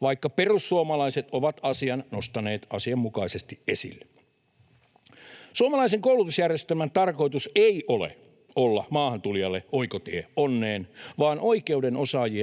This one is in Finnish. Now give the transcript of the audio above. vaikka perussuomalaiset ovat asian nostaneet asianmukaisesti esille. Suomalaisen koulutusjärjestelmän tarkoitus ei ole olla maahantulijalle oikotie onneen vaan